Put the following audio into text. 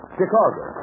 Chicago